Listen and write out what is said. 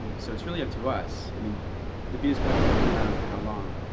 so it's really up to us. i mean the venus project has been around for how long?